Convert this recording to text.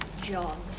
John